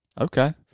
Okay